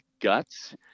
guts